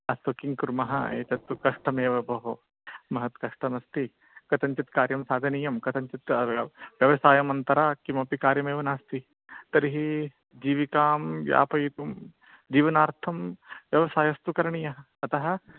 अस्तु किं कुर्मः एतत्तु कष्टमेव भोः महत् कष्टमस्ति कतञ्चित् कार्यं साधनीयं कतञ्चित् व्यवसायमन्तरा किमपि कार्यमेव नास्ति तर्हि जीविकां यापयितुं जीवनार्थं व्यवसायस्तु करणीयः अतः